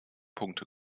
punkte